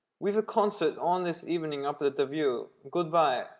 we've a concert on this evening up at the view. goodbye,